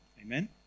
Amen